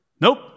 Nope